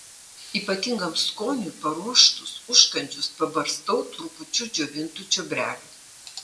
ypatingam skoniui paruoštus užkandžius pabarstau trupučiu džiovintų čiobrelių